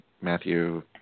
Matthew